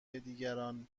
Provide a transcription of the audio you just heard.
دیگران